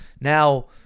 Now